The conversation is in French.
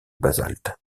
basalte